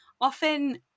Often